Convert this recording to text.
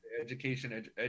education